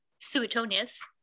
Suetonius